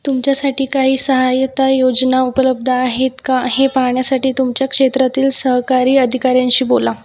तुमच्यासाठी काही सहाय्यता योजना उपलब्ध आहेत का हे पहाण्यासाठी तुमच्या क्षेत्रातील सहकारी अधिकाऱ्यांशी बोला